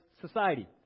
society